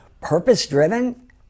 purpose-driven